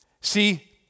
See